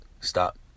stop